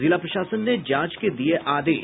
जिला प्रशासन ने जांच के दिये आदेश